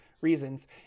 reasons